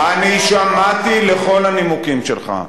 אני שמעתי את כל הנימוקים שלך.